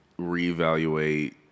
reevaluate